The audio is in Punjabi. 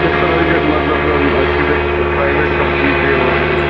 ਕਿਸ ਤਰ੍ਹਾਂ ਦੀ ਮਤਲਬ ਕਿਸੇ ਪ੍ਰਾਈਵੇਟ ਕੰਪਨੀ 'ਚ ਹੋ ਸਕਦੀ